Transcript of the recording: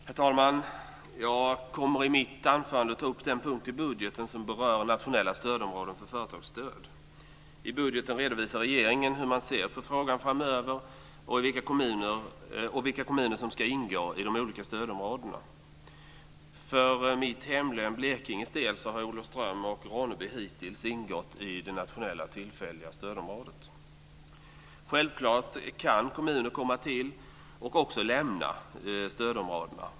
Herr talman! Jag kommer i mitt anförande att ta upp den punkt i budgeten som berör nationella stödområden för företagsstöd. I budgeten redovisar regeringen hur man ser på frågan framöver och vilka kommuner som ska ingå i de olika stödområdena. För mitt hemläns, Blekinge, del har Olofström och Ronneby hittills ingått i det nationella tillfälliga stödområdet. Självklart kan kommuner komma till och också lämna stödområdena.